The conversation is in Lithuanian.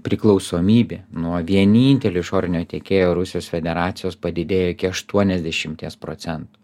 priklausomybė nuo vienintelio išorinio tiekėjo rusijos federacijos padidėjo iki aštuoniasdešimties procentų